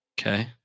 Okay